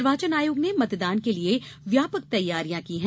निर्वाचन आयोग ने मतदान के लिए व्यापक तैयारियां की है